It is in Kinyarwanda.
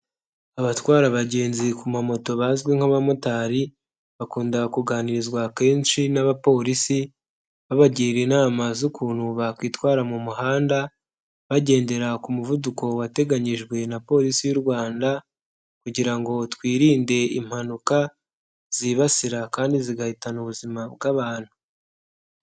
Abatwara abagenzi ku mamoto bazwi nk'abamotari bakundaga kuganirizwaho kenshi n'abapolisi babagira inama z'ukuntu bakwitwara mu muhanda bagendera ku muvuduko wateganyijwe na polisi y'u Rwanda kugira ngo twirinde impanuka zibasira kandi zigahitana ubuzima bw'abantu.